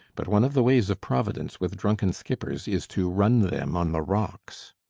but one of the ways of providence with drunken skippers is to run them on the rocks.